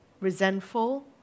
resentful